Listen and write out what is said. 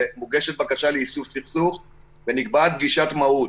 ומוגשת בקשה ליישוב סכסוך ונקבעת פגישת מהות,